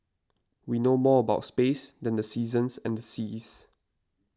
we know more about space than the seasons and the seas